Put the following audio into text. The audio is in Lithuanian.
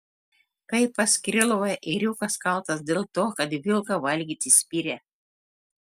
kaip pas krylovą ėriukas kaltas dėl to kad vilką valgyti spiria